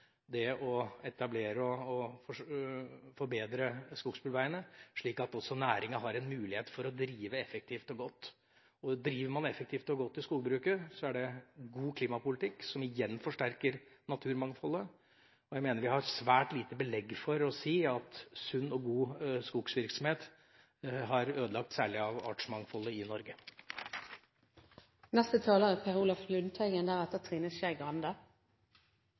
og forbedring av skogsbilveiene, slik at også næringa har en mulighet for å drive effektivt og godt. Driver man effektivt og godt i skogbruket, er det god klimapolitikk, som igjen forsterker naturmangfoldet. Jeg mener vi har svært lite belegg for å si at sunn og god skogsvirksomhet har ødelagt særlig av artsmangfoldet i Norge. Naturmangfold, mangfold i landskap og mangfold i biologiske arter er